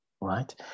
Right